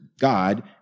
God